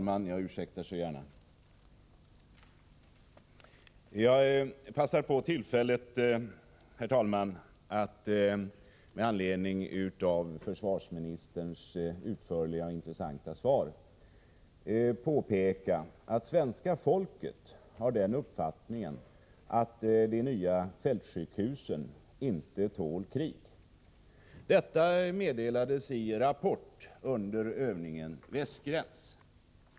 Herr talman! Jag passar på tillfället att med anledning av försvarsministerns utförliga och intressanta svar påpeka att svenska folket har den uppfattningen att de nya fältsjukhusen inte tål krig. Detta meddelades i TV:s Rapport under övningen Västgräns.